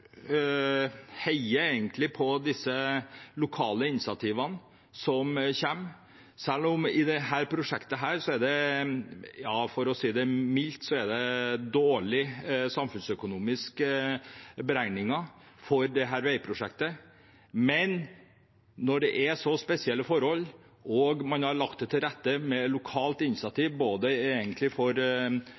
heier egentlig på de lokale initiativene som kommer, selv om det for dette prosjektet er – for å si de mildt – dårlige samfunnsøkonomiske beregninger. Men når det er så spesielle forhold og man har lagt til rette – etter lokalt initiativ – for brukerne, med litt lavere antall passeringer før man får det gratis, og når man har så høy bompengesats for